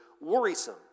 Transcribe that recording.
worrisome